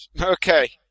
Okay